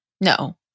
No